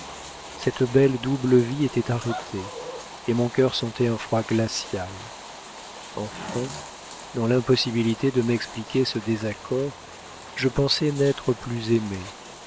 cette belle double vie était arrêtée et mon cœur sentait un froid glacial enfin dans l'impossibilité de m'expliquer ce désaccord je pensais n'être plus aimé